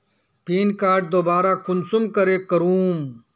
Pin code दोबारा कुंसम करे करूम?